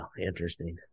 interesting